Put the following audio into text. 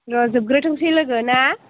र' जोबग्रोथोंसै लोगो ना